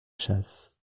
chasse